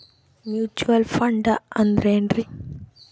Mutual fund ಅಂದ್ರೆನ್ರಿ?